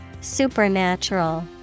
Supernatural